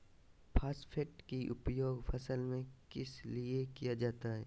Phosphate की उपयोग फसल में किस लिए किया जाता है?